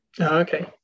okay